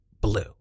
blue